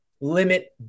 limit